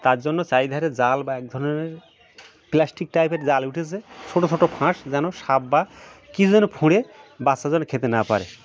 তার জন্য চারিধারে জাল বা এক ধরনের প্লাস্টিক টাইপের জাল উঠেছে ছোট ছোট ফাঁস যেন সাপ বা কিছু যেন ফুঁড়ে বাচ্চা যেন খেতে না পারে